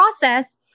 process